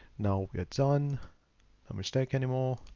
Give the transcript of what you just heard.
now it's on a mistake anymore.